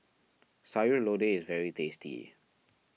Sayur Lodeh is very tasty